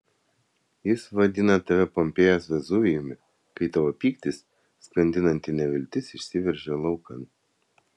jis vadina tave pompėjos vezuvijumi kai tavo pyktis skandinanti neviltis išsiveržia laukan